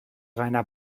rainer